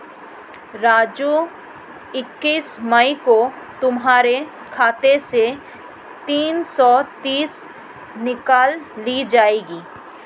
राजू इकतीस मई को तुम्हारे खाते से तीन सौ तीस निकाल ली जाएगी